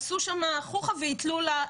עשו שם חוכא ואיטלולא.